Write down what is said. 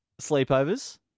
sleepovers